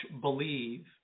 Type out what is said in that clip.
believe